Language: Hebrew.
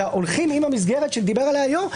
אלא הולכים עם המסגרת שדיבר עליה היו"ר,